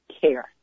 care